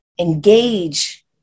engage